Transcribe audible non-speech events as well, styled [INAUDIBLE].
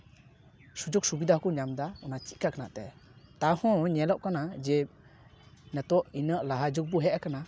ᱥᱩᱡᱳᱜᱽ ᱥᱩᱵᱤᱫ ᱠᱚ ᱧᱟᱢᱮᱫᱟ ᱚᱱᱟ [UNINTELLIGIBLE] ᱦᱮᱱᱟᱜ ᱛᱮ ᱛᱟᱣ ᱦᱚᱸ ᱧᱮᱞᱚᱜ ᱠᱟᱱᱟ ᱡᱮ ᱱᱮᱛᱳᱜ ᱤᱱᱟᱹᱜ ᱞᱟᱦᱟ ᱡᱩᱜᱽ ᱵᱚᱱ ᱦᱮᱡ ᱠᱟᱱᱟ